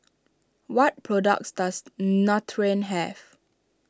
what products does Nutren have